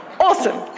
awesome!